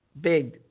big